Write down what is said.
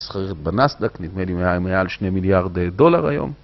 זכרת בנסדק נדמה לי מעל שני מיליארד דולר היום.